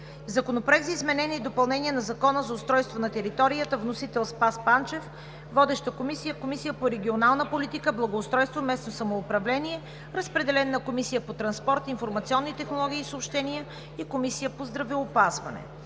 Законопроект за изменение и допълнение на Закона за устройство на територията. Вносител – Спас Панчев. Водеща е Комисията по регионална политика, благоустройство и местно самоуправление. Разпределен е и на Комисията по транспорт, информационни технологии и съобщения и Комисията по здравеопазването.